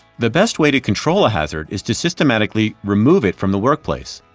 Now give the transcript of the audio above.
the best way to control a hazard is to systematically remove it from the workplace,